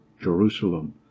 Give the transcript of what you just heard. Jerusalem